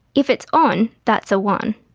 if it's on, that's a one,